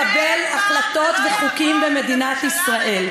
הן הריבון לקבל החלטות וחוקים במדינת ישראל.